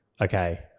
okay